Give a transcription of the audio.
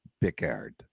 Picard